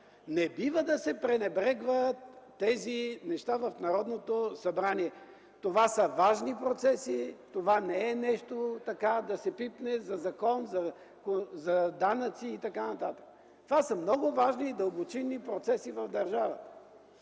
Не бива да се пренебрегват тези неща в Народното събрание. Това са важни процеси! Това не е нещо така, като да се пипне закон, нещо за данъци и така нататък. Това са много важни и дълбочинни процеси в държавата,